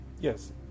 yes